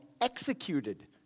executed